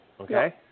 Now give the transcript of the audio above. Okay